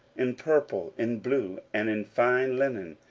in purple, in blue, and in fine linen,